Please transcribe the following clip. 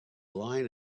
line